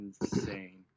insane